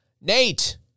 Nate